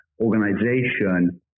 organization